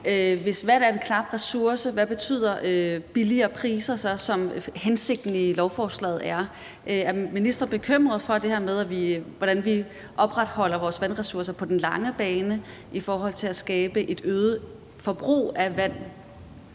Hvis vand er en knap ressource, hvad betyder billigere priser, som er hensigten i lovforslaget, så? Er ministeren bekymret for det her med, hvordan vi opretholder vores vandressourcer på den lange bane i forhold til at skabe et øget forbrug af vand?